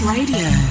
Radio